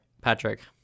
Patrick